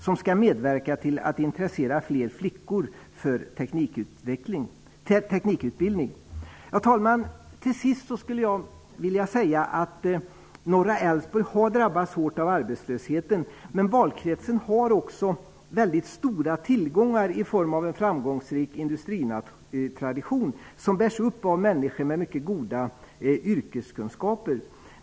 Den skall medverka till att intressera fler flickor för teknikutbildning. Fru talman! Till sist skulle jag vilja säga att norra Älvsborg har drabbats hårt av arbetslösheten. Men valkretsen har också mycket stora tillgångar i form av en framgångsrik industritradition. Den bärs upp av människor med mycket goda yrkeskunskaper.